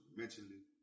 mentally